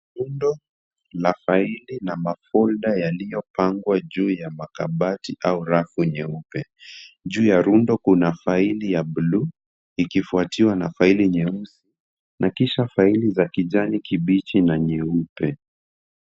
Rundo la faili na mafolder yaliyopangwa juu ya makabati au rafu nyeupe. Juu ya rundo kuna faili ya blue , ikifuatiwa na faili nyeusi na kisha faili za kijani kibichi na nyeupe.